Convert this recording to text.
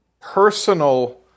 personal